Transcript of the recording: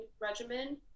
regimen